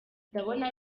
ndabona